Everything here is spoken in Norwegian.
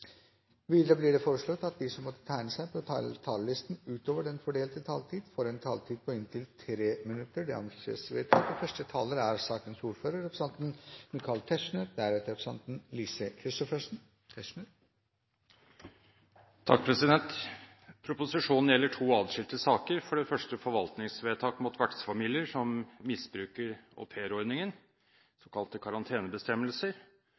Videre blir det foreslått at de som måtte tegne seg på talerlisten utover den fordelte taletid, får en taletid på inntil 3 minutter. – Det anses vedtatt. Proposisjonen gjelder to atskilte saker – for det første forvaltningsvedtak mot vertsfamilier som misbruker